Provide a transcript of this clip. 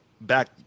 back